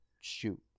Shoot